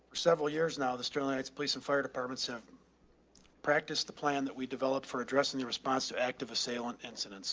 several years now. the sterling heights police and fire departments have practice. the plan that we developed for addressing the response to active assailant incidents